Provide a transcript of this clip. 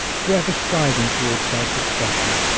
forever striving toward self-expression.